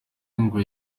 ngo